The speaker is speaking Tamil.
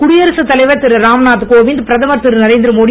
குடியரசுத் தலைவர் திருராம்நாத் கோவிந்த் பிரதமர் திருநரேந்திர மோடி